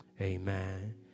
Amen